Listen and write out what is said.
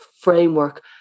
framework